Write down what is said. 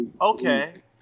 okay